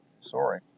Sorry